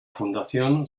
fundación